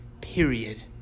period